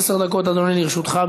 עשר דקות, אדוני, לרשותך.